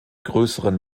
größeren